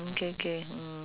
okay okay mm